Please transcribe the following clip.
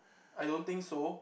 I don't think so